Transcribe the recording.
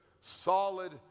solid